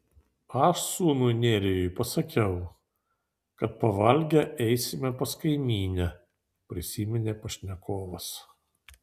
aš sūnui nerijui pasakiau kad pavalgę eisime pas kaimynę prisiminė pašnekovas